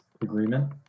agreement